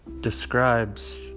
describes